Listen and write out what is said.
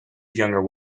younger